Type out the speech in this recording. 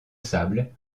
sable